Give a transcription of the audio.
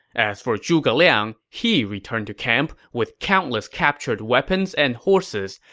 as for zhuge liang, he returned to camp with countless captured weapons and horses,